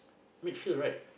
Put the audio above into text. midfield right